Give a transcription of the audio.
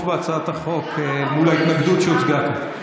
בהצעת החוק מול ההתנגדות שהוצגה פה.